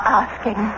asking